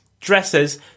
dresses